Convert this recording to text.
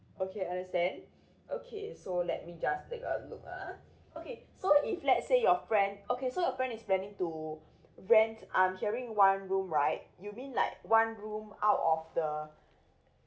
okay understand okay so let me just take a look ah okay so if let's say your friend okay so your friend is planning to rent I'm hearing one room right you mean like one room out of the